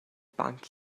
banc